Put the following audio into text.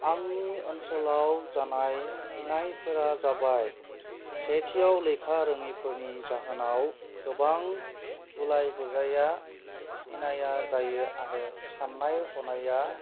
आंनि ओनसोलाव जानाय इनायफोरा जाबाय सेथियाव लेखा रोङैफोरनि जाहोनाव गोबां गुलाय गुजाया इनाया जायो आरो साननाय हनाया